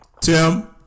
Tim